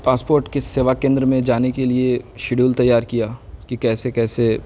passport کے سیوا کیندر میں جانے کے لیے شیڈول تیار کیا کہ کیسے کیسے